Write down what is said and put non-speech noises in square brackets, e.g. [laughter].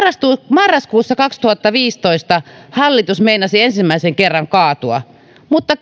marraskuussa kaksituhattaviisitoista hallitus meinasi ensimmäisen kerran kaatua mutta [unintelligible]